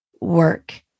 work